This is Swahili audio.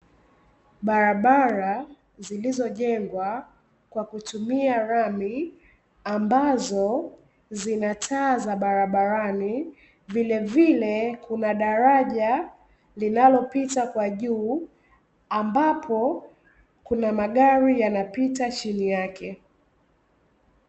Barabara zilizojengwa kwa kutumia lami, ambazo zinataa za barabarani, vilevile kuna daraja linalopita kwa juu, ambapo kuna magari yanapita chini yake.